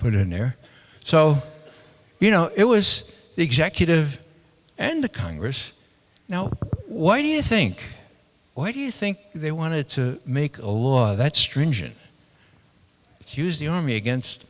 it in there so you know it was the executive and the congress now why do you think why do you think they want to make a law that stringent let's use the army against